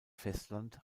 festland